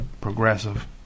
progressive